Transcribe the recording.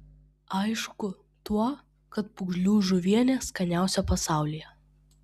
aišku tuo kad pūgžlių žuvienė skaniausia pasaulyje